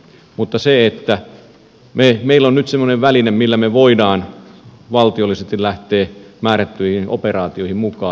mutta meillä on nyt semmoinen väline millä me voimme valtiollisesti lähteä määrättyihin operaatioihin mukaan